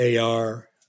AR